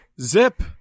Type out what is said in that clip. Zip